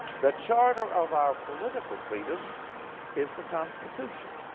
the charter of our political freedom is the constitution.